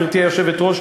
גברתי היושבת-ראש,